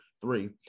three